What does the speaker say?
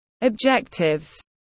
objectives